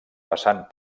passant